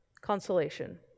Consolation